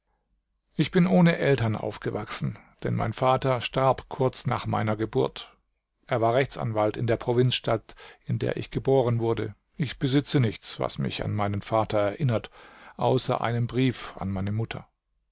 ich bin ohne eltern aufgewachsen denn mein vater starb kurz nach meiner geburt er war rechtsanwalt in der provinzstadt in der ich geboren wurde ich besitze nichts was mich an meinen vater erinnert außer einem brief an meine mutter